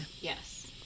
Yes